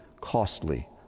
costly